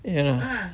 ya